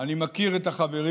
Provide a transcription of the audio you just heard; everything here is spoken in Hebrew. אני מכיר את החברים.